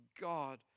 God